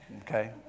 okay